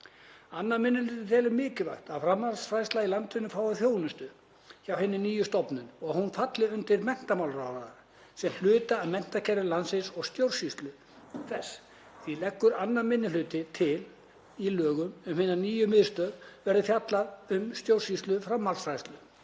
Annar minni hluti telur mikilvægt að framhaldsfræðsla í landinu fái þjónustu hjá hinni nýju stofnun og að hún falli undir menntamálaráðherra sem hluti af menntakerfi landsins og stjórnsýslu þess. Því leggur 2. minni hluti til að í lögum um hina nýju miðstöð verði fjallað um stjórnsýslu framhaldsfræðslu,